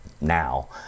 now